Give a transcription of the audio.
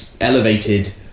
elevated